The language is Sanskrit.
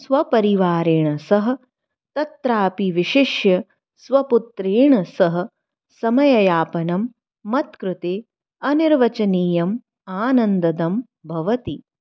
स्वपरिवारेण सह तत्रापि विशिष्य स्वपुत्रेण सह समययापनं मत्कृते अनिर्वचनीयम् आनन्ददं भवति